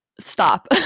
Stop